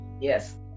Yes